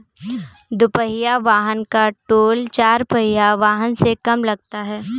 दुपहिया वाहन का टोल चार पहिया वाहन से कम लगता है